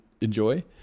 enjoy